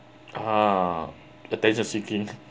uh attention seeking